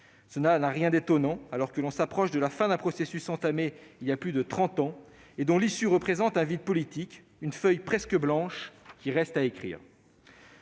Cela n'a rien d'étonnant, alors que l'on s'approche de la fin d'un processus qui a été entamé il y a plus de trente ans et dont l'issue représente un vide politique, une feuille presque blanche qui reste à écrire.